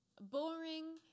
boring